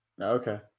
Okay